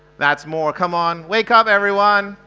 that's more. come on. wake up everyone.